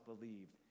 believed